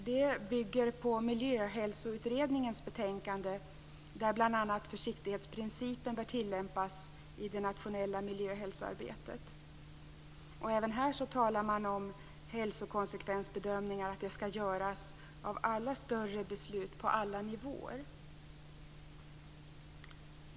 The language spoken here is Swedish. Det bygger på anges att försiktighetsprincipen bör tillämpas i det nationella miljö och hälsoarbetet. Även här talar man om att det skall göras hälsokonsekvensbedömningar av alla större beslut på alla nivåer.